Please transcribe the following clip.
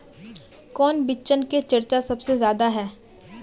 कौन बिचन के चर्चा सबसे ज्यादा है?